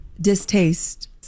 distaste